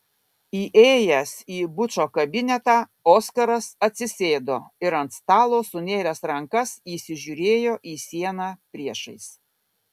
įėjęs į bučo kabinetą oskaras atsisėdo ir ant stalo sunėręs rankas įsižiūrėjo į sieną priešais